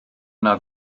yna